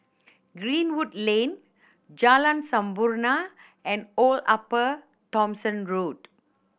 Greenwood Lane Jalan Sampurna and Old Upper Thomson Road